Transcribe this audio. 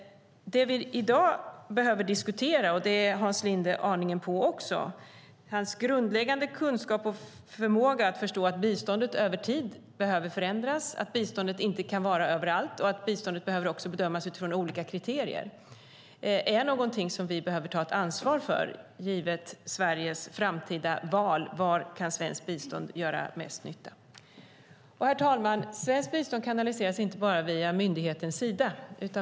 Det vi i dag behöver diskutera - det är Hans Linde aningen inne på också, genom hans grundläggande kunskap och förmåga att förstå att biståndet över tid behöver förändras, att biståndet inte kan vara överallt och att biståndet också behöver bedömas utifrån olika kriterier - är att detta är något som vi behöver ta ansvar för, givet Sveriges framtida val av var svenskt bistånd kan göra mest nytta. Herr talman! Svenskt bistånd kanaliseras inte bara via myndigheten Sida.